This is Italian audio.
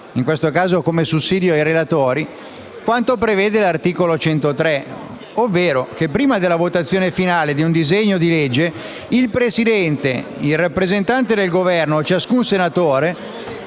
me stesso e anche come sussidio ai relatori quanto prevede l'articolo 103 del Regolamento: «prima della votazione finale di un disegno di legge, il Presidente, il rappresentante del Governo o ciascun senatore